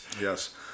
Yes